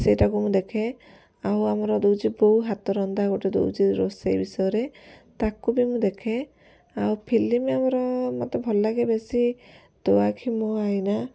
ସେଇଟାକୁ ମୁଁ ଦେଖେ ଆଉ ଆମର ଦଉଛି ବୋଉ ହାତରନ୍ଧା ଗୋଟେ ଦଉଛି ରୋଷେଇ ବିଷୟରେ ତାକୁ ବି ମୁଁ ଦେଖେ ଆଉ ଫିଲ୍ମ ଆମର ମୋତେ ଭଲ ଲାଗେ ବେଶୀ ତୋ ଆଖି ମୋ ଆଇନା